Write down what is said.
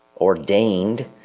ordained